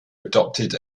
adopted